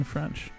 French